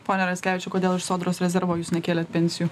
pone raskevičiau kodėl iš sodros rezervo jūs nekėlėt pensijų